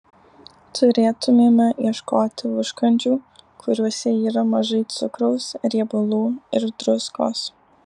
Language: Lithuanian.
turėtumėme ieškoti užkandžių kuriuose yra mažai cukraus riebalų ir druskos